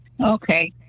Okay